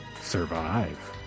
survive